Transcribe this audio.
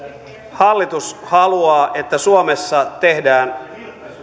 hallitus haluaa että suomessa tehdään